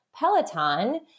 Peloton